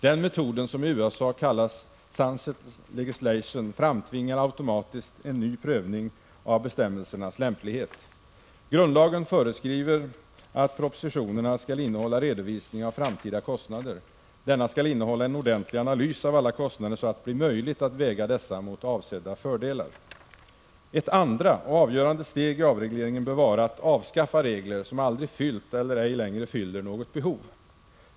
Den metoden som i USA kallas Sunset legislation framtvingar automatiskt en ny prövning av bestämmelsernas lämplighet. Grundlagen föreskriver att propositionerna skall innehålla redovisning av framtida kostnader. Denna skall innehålla en ordentlig analys av alla kostnader, så att det blir möjligt att väga dessa mot avsedda fördelar. Ett andra och avgörande steg i avregleringen bör vara att avskaffa regler, som aldrig fyllt eller ej längre fyller något behov.